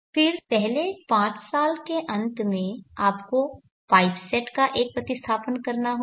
फिर पहले पांच साल के अंत में आपको पाइप सेट का एक प्रतिस्थापन करना होगा